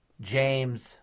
James